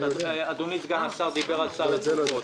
אדוני שר האוצר דיבר על סל התרופות.